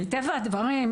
מטבע הדברים,